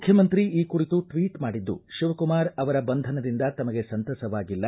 ಮುಖ್ಯಮಂತ್ರಿ ಈ ಕುರಿತು ಟ್ವೀಟ್ ಮಾಡಿದ್ದು ಶಿವಕುಮಾರ್ ಅವರ ಬಂಧನದಿಂದ ತಮಗೆ ಸಂತಸವಾಗಿಲ್ಲ